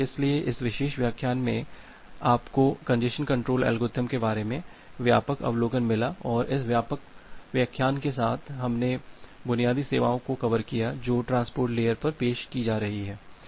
खैर इसलिए इस विशेष व्याख्यान में आपको कंजेस्शन कंट्रोल एल्गोरिथ्म के बारे में व्यापक अवलोकन मिला और इस व्याख्यान के साथ हमने बुनियादी सेवाओं को कवर किया है जो ट्रांसपोर्ट लेयर पर पेश की जा रही हैं